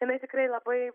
jinai tikrai labai